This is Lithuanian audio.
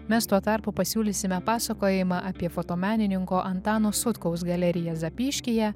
mes tuo tarpu pasiūlysime pasakojimą apie fotomenininko antano sutkaus galeriją zapyškyje